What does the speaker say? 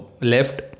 left